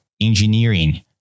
engineering